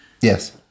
Yes